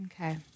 Okay